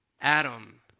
Adam